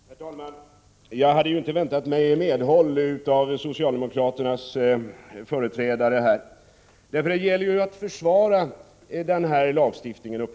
Herr talman! Jag hade inte väntat mig medhåll från socialdemokraternas företrädare. Det gäller uppenbarligen att försvara den här lagstiftningen.